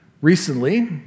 recently